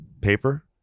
paper